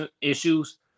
issues